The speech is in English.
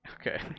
Okay